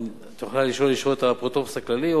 את יכולה לשאול ישירות את האפוטרופוס הכללי,